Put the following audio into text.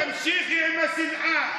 תמשיכי עם השנאה.